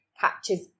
catches